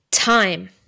Time